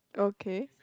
okay